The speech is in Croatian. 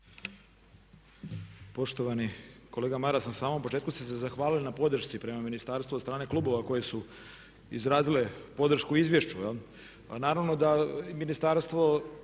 Poštovani kolega Maras, na samom početku ste se zahvalili na podršci prema Ministarstvu od strane klubova koje su izrazile podršku izvješću. Naravno da ministarstvo